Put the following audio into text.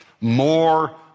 more